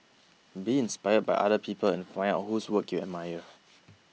be inspired by other people and find out whose work you admire